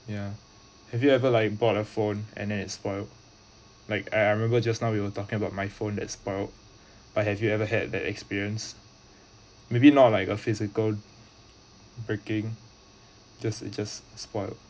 yeah have you ever like bought a phone and then it spoil like I I remember just now we were talking about my phone that spoil but have you ever had that experience maybe not like a physical breaking just just spoil